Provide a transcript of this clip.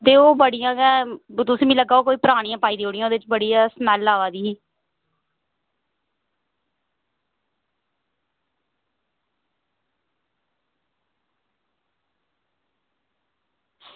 ते ओह् बड़ियां गै तुसें मिगी लग्गा दा ओह् कोई परानियां पाई देई ओड़ियां ओह्दे च बड़ी गै स्मैल्ल आवा दी ही